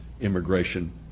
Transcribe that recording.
immigration